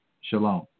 Shalom